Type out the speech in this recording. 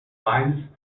lines